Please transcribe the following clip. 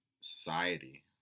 society